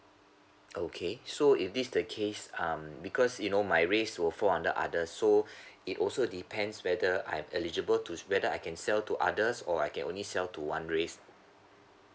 okay so if this the case um because you know my race will fall under other so it also depends whether I'm eligible to whether I can sell to others or I can only sell to one race